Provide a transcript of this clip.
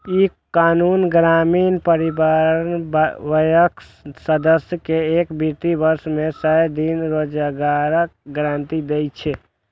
ई कानून ग्रामीण परिवारक वयस्क सदस्य कें एक वित्त वर्ष मे सय दिन रोजगारक गारंटी दै छै